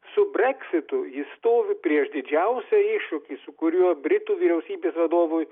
su breksitu jis stovi prieš didžiausią iššūkį su kuriuo britų vyriausybės vadovui